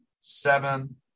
seven